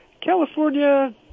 california